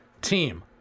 team